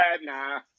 nah